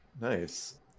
Nice